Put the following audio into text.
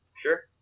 Sure